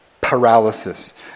paralysis